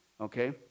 Okay